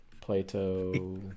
Plato